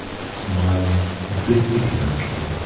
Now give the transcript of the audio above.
smiling benignantly,